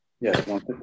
Yes